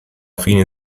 fine